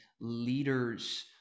leaders